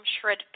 Shred